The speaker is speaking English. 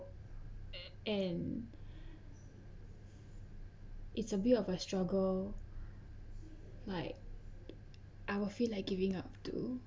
and it's a bit of a struggle like I will feel like giving up too